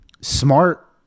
Smart